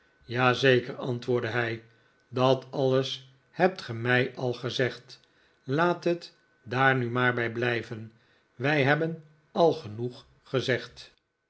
zeker antwoordde hij dat alles hebt ge mij al gezegd laat het daar nu maar bij blijven wij hebben al genoeg gezegd